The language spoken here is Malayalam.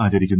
ആചരിക്കുന്നു